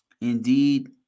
Indeed